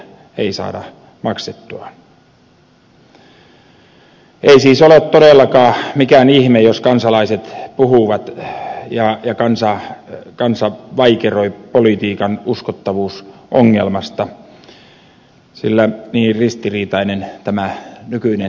ei siis ole todellakaan mikään ihme jos kansalaiset puhuvat ja kansa vaikeroi politiikan uskottavuusongelmasta sillä niin ristiriitainen tämä nykyinen tilanne on